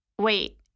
Wait